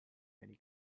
many